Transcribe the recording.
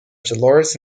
dolores